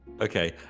Okay